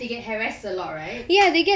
they get harassed a lot right